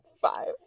five